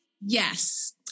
Yes